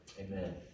amen